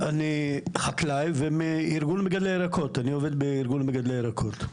אני חקלאי ואני עובד בארגון מגדלי הירקות.